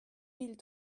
mille